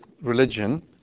religion